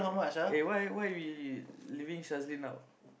eh why why we leaving Shazlin out